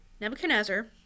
nebuchadnezzar